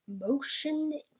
motion